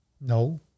No